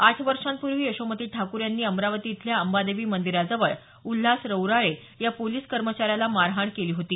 आठ वर्षांपूर्वी यशोमती ठाकूर यांनी अमरावती इथल्या अंबादेवी मंदिराजवळ उल्हास रौराळे या पोलीस कर्मचाऱ्याला मारहाण केली होती